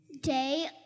day